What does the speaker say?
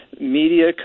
media